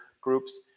groups